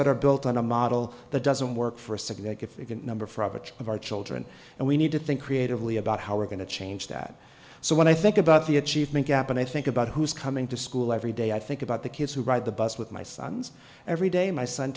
that are built on a model that doesn't work for a significant number for average of our children and we need to think creatively about how we're going to change that so when i think about the achievement gap and i think about who's coming to school every day i think about the kids who ride the bus with my sons every day my son